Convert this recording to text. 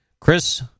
Chris